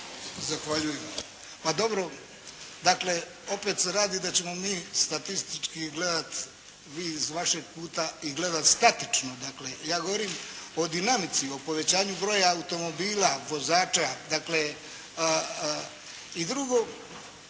Zahvaljujem. Dakle opet se radi da ćemo mi statistički gledati vi iz vašeg kuta i gledati statično. Dakle ja govorim o dinamici, o povećanju broja automobila, vozača. I drugo,